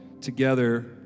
together